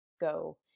go